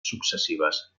successives